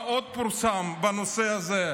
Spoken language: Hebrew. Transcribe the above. מה עוד פורסם בנושא הזה?